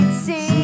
see